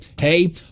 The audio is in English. Hey